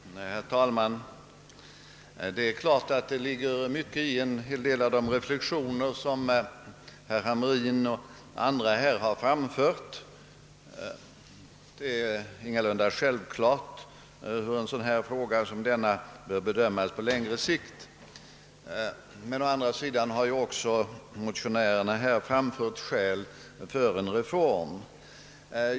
Herr talman Det är klart att det ligger mycket i en hel del av de reflektioner som herr Hamrin i Jönköping och andra här framfört. Det är ingalunda självklart hur en fråga som denna bör bedömas på längre sikt. Men å andra sidan har ju också motionärerna här framfört skäl för prövning av en reform.